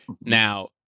Now